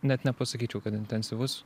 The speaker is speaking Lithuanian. net nepasakyčiau kad intensyvus